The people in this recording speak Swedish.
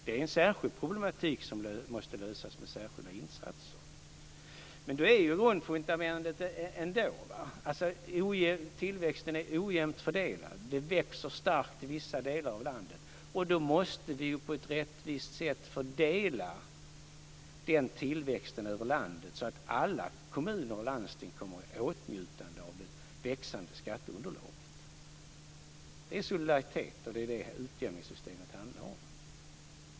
Det är en särskild problematik, som måste lösas med särskilda insatser. Tillväxten är ojämnt fördelad, och det växer starkt i vissa delar av landet. Då måste vi på ett rättvist sätt fördela den tillväxten över landet, så att alla kommuner och landsting kommer i åtnjutande av det växande skatteunderlaget. Det är solidaritet, och det är det utjämningssystemet handlar om.